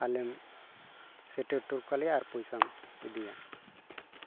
ᱟᱞᱮᱢ ᱥᱮᱴᱮᱨ ᱦᱚᱴᱳ ᱠᱟᱞᱮᱭᱟ ᱟᱨ ᱯᱚᱭᱥᱟᱢ ᱤᱫᱤᱭᱟ